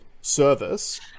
service